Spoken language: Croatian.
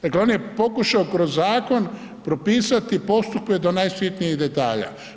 Dakle on je pokušao kroz zakon propisati postupke do najsitnijih detalja.